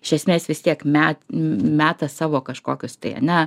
iš esmės vis tiek met meta savo kažkokius tai ane